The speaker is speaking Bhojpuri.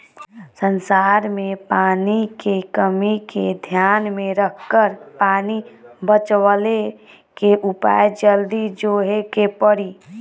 संसार में पानी के कमी के ध्यान में रखकर पानी बचवले के उपाय जल्दी जोहे के पड़ी